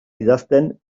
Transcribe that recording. idazten